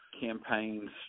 campaigns